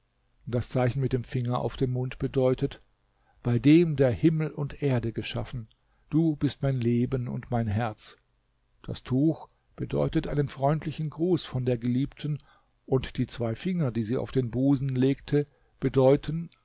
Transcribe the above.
das zeichen mit dem finger auf dem mund bedeutet bei dem der himmel und erde geschaffen du bist mein leben und mein herz das tuch bedeutet einen freundlichen gruß von der geliebten und die zwei finger die sie auf den busen legte bedeuten